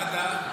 באיזו ועדה?